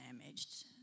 damaged